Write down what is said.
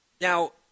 Now